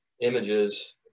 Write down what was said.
images